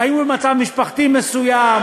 אם הוא במצב משפחתי מסוים,